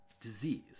disease